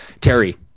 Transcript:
Terry